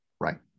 Right